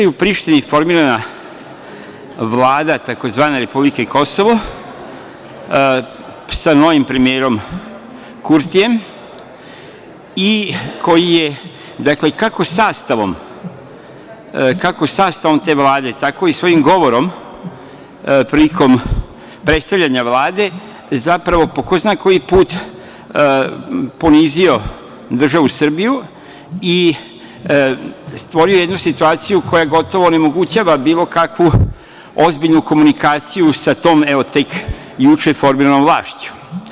Juče je u Prištini formirana vlada tzv. republike Kosovo sa novim premijerom Kurtijem i koji je kako sastavom te vlade, tako i svojim govorom prilikom predstavljanje vlade zapravo po ko zna koji put ponizio državu Srbiju i stvorio jednu situaciju koja gotovo onemogućava bilo kakvu ozbiljnu komunikaciju sa tom evo tek juče formiranom vlašću.